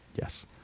Yes